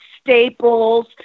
staples